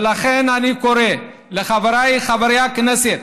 ולכן אני קורא לחבריי חברי הכנסת,